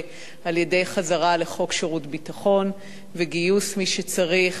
על-ידי חזרה לחוק שירות ביטחון וגיוס מי שצריך